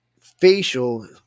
facial